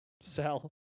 Sell